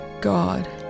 God